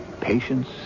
Patience